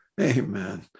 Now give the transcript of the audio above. Amen